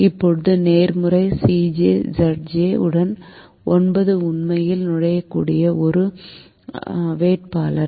இப்போது நேர்மறை Cj Zj உடன் 9 உண்மையில் நுழையக்கூடிய ஒரு வேட்பாளர்